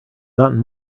gotten